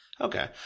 Okay